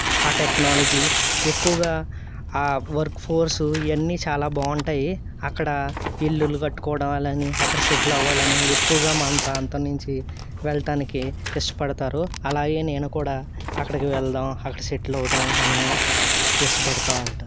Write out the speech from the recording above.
ఆ టెక్నాలజీ ఎక్కువగా ఆ వర్క్ఫోర్స్ ఇవన్నీ చాలా బాగుంటాయి అక్కడ ఇళ్ళు కట్టుకోవడం అలా అని అక్కడ సెటిల్ అవ్వాలని ఎక్కువగా మన ప్రాంతం నుంచి వెళ్ళటానికి ఇష్టపడతారు అలాగే నేను కూడా అక్కడికి వెళదాము అక్కడ సెటిల్ అవుదాము అని ఇష్టపడుతూ ఉంటాను